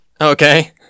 Okay